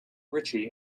ritchie